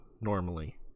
Normally